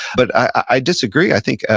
but i disagree, i think,